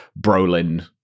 Brolin